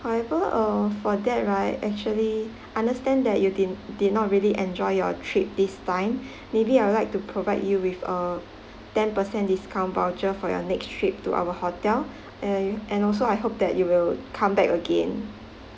however uh for that right actually understand that you didn~ did not really enjoy your trip this time maybe I'd like to provide you with a ten percent discount voucher for your next trip to our hotel and and also I hope that you will come back again